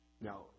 Now